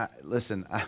Listen